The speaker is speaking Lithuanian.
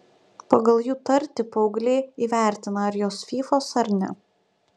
pagal jų tartį paaugliai įvertina ar jos fyfos ar ne